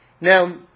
Now